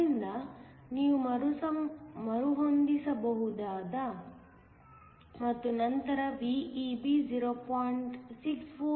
ಆದ್ದರಿಂದ ನೀವು ಮರುಹೊಂದಿಸಬಹುದು ಮತ್ತು ನಂತರ VEB 0